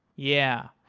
yeah,